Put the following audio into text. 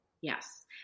Yes